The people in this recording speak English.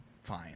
Fine